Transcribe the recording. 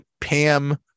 Pam